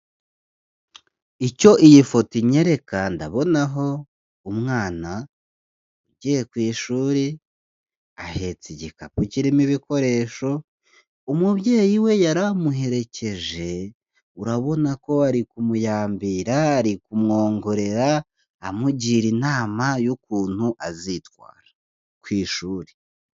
Icyo iyi foto inyereka ndabona aho umwana ugiye ku ishuri ahetse igikapu kirimo ibikoresho, umubyeyi we yari amuherekeje urabona ko ari kumuyambira, ari kumwongorera amugira inama y'ukuntu azitwara ku ishuri.